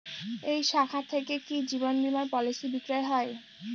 এই শাখা থেকে কি জীবন বীমার পলিসি বিক্রয় হয়?